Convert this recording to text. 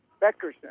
Beckerson